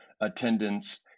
attendance